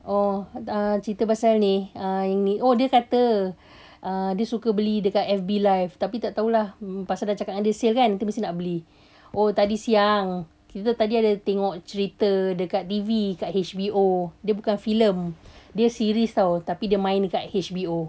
oh uh cerita pasal ni uh oh dia kata uh dia suka beli dekat F_B live tapi tak tahu lah pasal dah cakap dengan dia sale kan nanti mesti nak beli oh tadi siang kita tadi ada tengok cerita dekat T_V dekat H_B_O dia bukan filem dia series [tau] tapi dia main dekat H_B_O